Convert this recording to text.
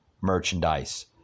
merchandise